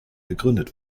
gegründet